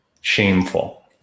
shameful